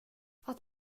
att